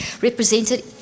represented